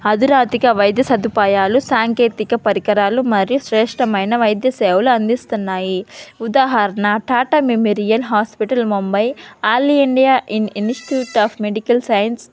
అధునాతిక వైద్య సదుపాయాలు సాంకేతిక పరికరాలు మరియు శ్రేష్టమైన వైద్య సేవలు అందిస్తున్నాయి ఉదాహరణ Tata memorial hospital Mumbai all India in institute of medical science